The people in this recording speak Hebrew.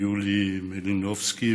יוליה מלינובסקי,